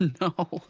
No